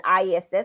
ISS